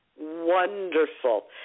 wonderful